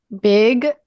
big